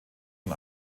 von